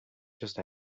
just